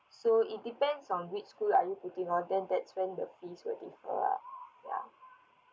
so it depends on which school are you putting on then that's where the fee will differ ah ya